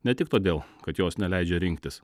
ne tik todėl kad jos neleidžia rinktis